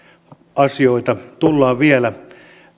asioita tullaan vielä